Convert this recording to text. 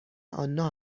آنا